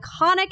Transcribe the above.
iconic